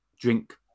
drink